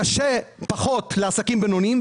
קשה פחות לעסקים בינוניים,